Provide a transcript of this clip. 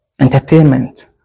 entertainment